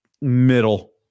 middle